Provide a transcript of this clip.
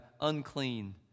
unclean